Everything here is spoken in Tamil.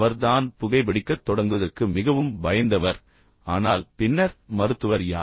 அவர் தான் புகைபிடிக்கத் தொடங்குவதற்கு மிகவும் பயந்தவர் ஆனால் பின்னர் மருத்துவர் யார்